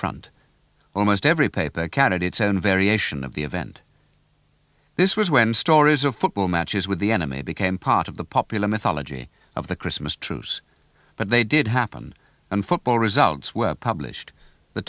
front almost every paper candidates and variation of the event this was when stories of football matches with the enemy became part of the popular mythology of the christmas truce but they did happen and football results were published the